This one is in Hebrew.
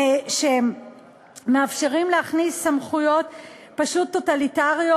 שמאפשרים להכניס סמכויות פשוט טוטליטריות,